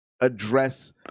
address